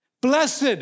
Blessed